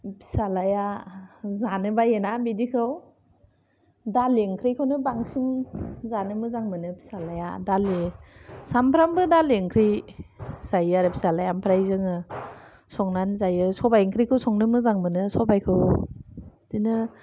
फिसाज्लाया जानो बायो ना बिदिखौ दालि ओंख्रिखौनो बांसिन जानो मोजां मोनो फिसाज्लाया दालि सामफ्रामबो दालि ओंख्रि जायो आरो फिसाज्लाया आमफाय जोङो संनानै जायो सबाय ओंख्रिखौ संनो मोजां मोनो सबायखौ बिदिनो